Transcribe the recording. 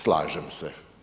Slažem se.